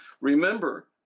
Remember